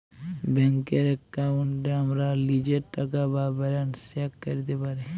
ব্যাংকের এক্কাউন্টে আমরা লীজের টাকা বা ব্যালান্স চ্যাক ক্যরতে পারি